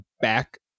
back